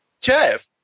Jeff